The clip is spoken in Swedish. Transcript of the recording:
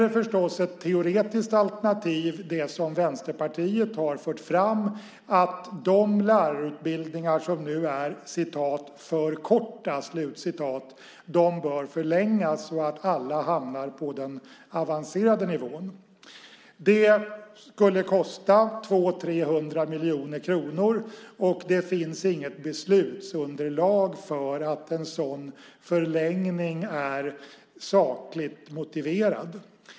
Ett teoretiskt alternativ är det som Vänsterpartiet har fört fram, nämligen att de lärarutbildningar som nu är "för korta" bör förlängas så att alla hamnar på den avancerade nivån. Det skulle kosta 200-300 miljoner kronor, och det finns inget beslutsunderlag för att en sådan förlängning är sakligt motiverad.